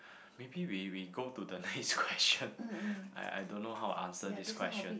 maybe we we go to the next question I I don't know how to answer this question